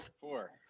Four